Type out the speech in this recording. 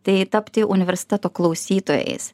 tai tapti universiteto klausytojais